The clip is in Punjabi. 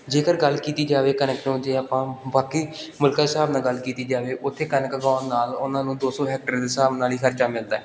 ਜੇਕਰ ਗੱਲ ਕੀਤੀ ਜਾਵੇ ਕਣਕ ਨੂੰ ਜੇ ਆਪਾਂ ਬਾਕੀ ਮੁਲਕਾਂ ਦੇ ਹਿਸਾਬ ਨਾਲ ਗੱਲ ਕੀਤੀ ਜਾਵੇ ਉੱਥੇ ਕਣਕ ਉਗਾਉਣ ਨਾਲ ਉਹਨਾਂ ਨੂੰ ਦੋ ਸੌ ਹੈਕਟਰ ਦੇ ਹਿਸਾਬ ਨਾਲ ਹੀ ਖਰਚਾ ਮਿਲਦਾ